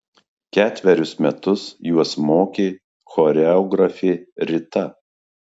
ketverius metus juos mokė choreografė rita